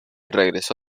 regresó